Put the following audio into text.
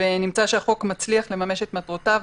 ונמצא שהחוק מצליח לממש את מטרותיו.